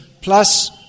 plus